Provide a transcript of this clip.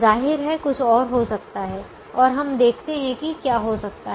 जाहिर है कुछ और हो सकता है और हम देखते हैं कि क्या हो सकता है